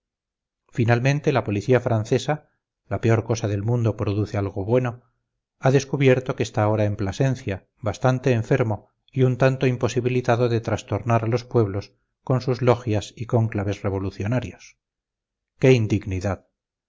finalmente la policía francesa la peor cosa del mundo produce algo bueno ha descubierto que está ahora en plasencia bastante enfermo y un tanto imposibilitado de trastornar a los pueblos con sus logias y cónclaves revolucionarios qué indignidad